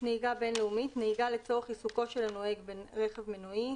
"נהיגה בין-לאומית" נהיגה לצורך עיסוקו של הנוהג ברכב מנועי,